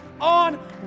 on